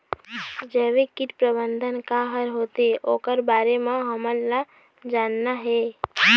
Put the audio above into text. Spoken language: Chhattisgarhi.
जैविक कीट प्रबंधन का हर होथे ओकर बारे मे हमन ला जानना हे?